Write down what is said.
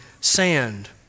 sand